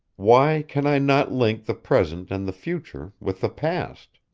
why can i not link the present and the future with the past?